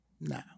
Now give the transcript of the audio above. No